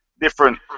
different